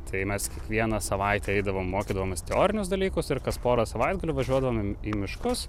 tai mes kiekvieną savaitę eidavom mokydavomės teorinius dalykus ir kas porą savaitgalių važiuodavom į miškus